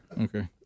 Okay